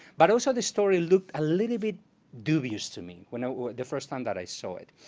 but also the story looked a little bit dubious to me, you know the first time that i saw it.